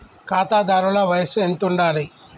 ఖాతాదారుల వయసు ఎంతుండాలి?